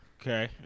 okay